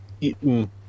eaten